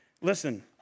Listen